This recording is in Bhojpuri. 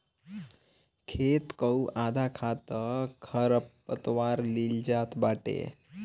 खेत कअ आधा खाद तअ खरपतवार लील जात बाटे